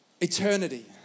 Eternity